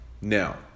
Now